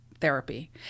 therapy